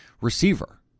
receiver